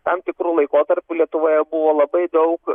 tam tikru laikotarpiu lietuvoje buvo labai daug